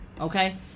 okay